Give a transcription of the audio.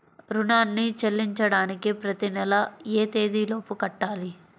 రుణాన్ని చెల్లించడానికి ప్రతి నెల ఏ తేదీ లోపు కట్టాలి?